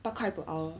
八块 per hour